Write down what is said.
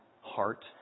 heart